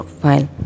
file